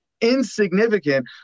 insignificant